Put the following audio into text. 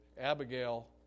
Abigail